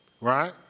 Right